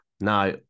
Now